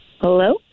Hello